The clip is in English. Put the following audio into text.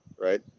right